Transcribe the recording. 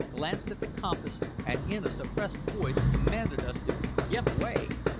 glanced at the compass, and in a suppressed voice commanded us to give way!